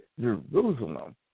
Jerusalem